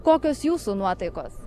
kokios jūsų nuotaikos